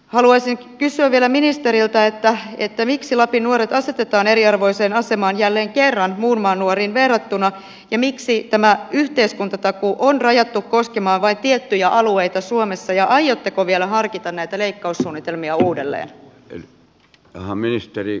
haluaisinkin kysyä vielä ministeriltä miksi lapin nuoret asetetaan eriarvoiseen asemaan jälleen kerran muun maan nuoriin verrattuna ja miksi yhteiskuntatakuu on rajattu koskemaan vain tiettyjä alueita suomessa ja aiotteko vielä harkita näitä leikkaussuunnitelmia uudelleen